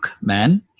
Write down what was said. man